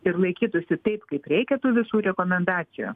ir laikytųsi taip kaip reikia tų visų rekomendacijų